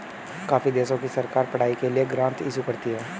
काफी देशों की सरकार पढ़ाई के लिए ग्रांट इशू करती है